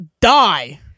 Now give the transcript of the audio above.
die